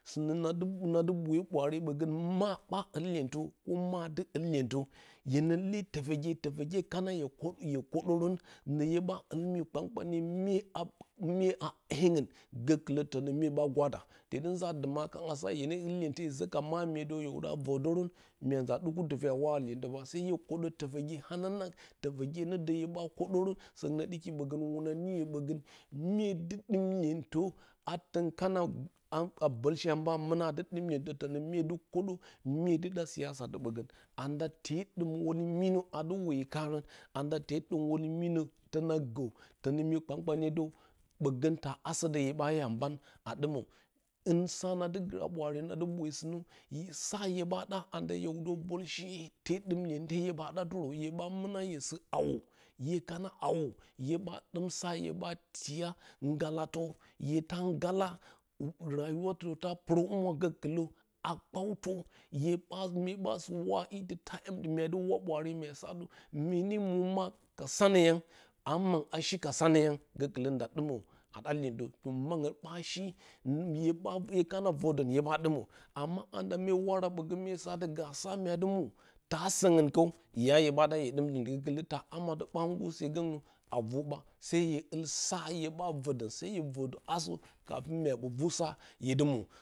Sunnə nadɨ dɨ boyə ɓwaare ɓgən ma ɓa ul iyentə maa dɨ ul iyentə hyenə le fofaga tofogye kana hye hye kodərən ne hye ɓa ul mua ipaukcame mye ama a heinga gokɨlə tonə mana ɓa hwad tɨ dɨ nza adɨma a sa hye ne ul iyentə hye zo ka mualimə fəw yə wada vadərə raya aza ɗau tufe a wara a iyentə to hye kodə tafoge hananang tofoge nə də hye ɓa kədərən səunguə ɗɨki ɓogən wuna niyə ɓogə mye dɨdɨmta lyeutə a tən kana boshe ambə muna tonə mye dɨ kodə mye dɨ ɗa siyasa ɓogə anda te dɨm wule minə adɨ woyə karə anda te dim wule minə tona gə tonə myi kpau kpaniye dow ɓogə ta asə dadturn hye ɓa iya ban a dɨmə hin sa nadɨ gra ɓwaare nadɨ boyə sɨnə sa hye ɓa ɗa and hye wudə bolshe te dɨm iyente hye ɓa ɗatɨrə hye ɗa mɨna hye sɨ hawo hye kana hawo hye ɓa dɨm sa hye ɓa tiya ngala ngala hye ta ngalla rayuwa tɨ dow ta purə humura gəkɨlə a kpawtə hye ɓa mye ɓa sɨ wa ite ta myadɨ ura ɓwaare mua satɨ mye ne mow ma ka sa nər yang a maung a shi ka sanə yang gəkɨlə nda dɨmə a ɗa iyentə maungu ɓa shi hyekana vodon hye ɓa dɨma na mue wara ɓgə mue satɨ a muadɨ mow ta soungu kəw yayə ɓa ɗa hue dɨm gəkɨlə taa ama də ɓa sid se gonanə a ru ɓa hue ul sa hye ɓa vodə kafin hye vodo asə kafin mua ɓə ru sa hye dɨ mow.